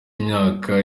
imyaka